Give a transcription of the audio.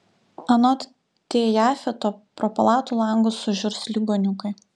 anot t jafeto pro palatų langus sužiurs ligoniukai